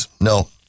No